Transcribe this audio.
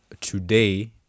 today